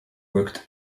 worked